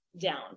down